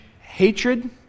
hatred